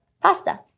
Pasta